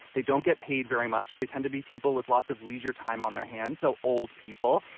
they don't get paid very much. they tend to be people with lots of leisure time on their hands. so old people.